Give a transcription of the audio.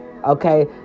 okay